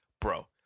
bro